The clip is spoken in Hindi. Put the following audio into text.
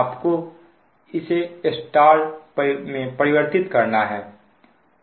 आप को इसे Y परिवर्तित करना है